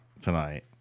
tonight